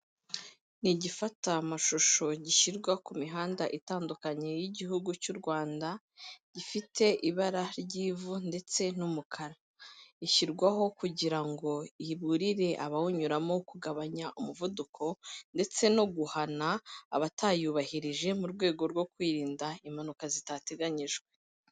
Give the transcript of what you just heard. Ni igifata amashusho gishyirwa ku mihanda itandukanye y'igihugu cy'u Rwanda, gifite ibara ry'ivu ndetse n'umukara, ishyirwaho kugira ngo iburire abawunyuramo kugabanya umuvuduko, ndetse no guhana abatayubahirije mu rwego rwo kwirinda impanuka zitateganyijwe.